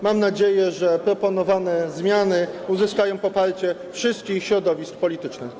Mam nadzieję, że proponowane zmiany uzyskają poparcie wszystkich środowisk politycznych.